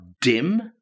dim